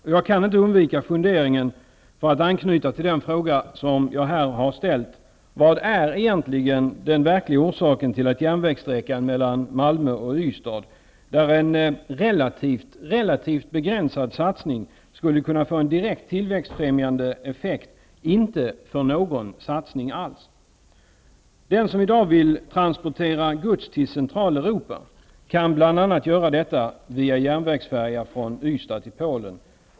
För att anknyta till den fråga som jag här har ställt kan jag inte undvika följande fundering: Vad är egentligen den verkliga orsaken till att man inte satsar något alls på järnvägssträckan Malmö-- Ystad, där en relativt begränsad satsning skulle kunna få en direkt tillväxtfrämjande effekt? Centraleuropa kan göra detta bl.a. via järnvägsfärja från Ystad till Polen.